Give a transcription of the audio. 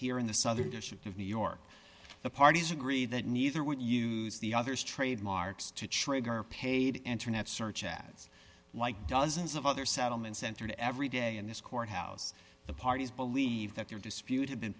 here in the southern district of new york the parties agree that neither would use the other's trademarks to trigger a paid internet search ads like dozens of other settlements entered every day in this courthouse the parties believe that their dispute had been